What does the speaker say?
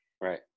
right